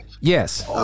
yes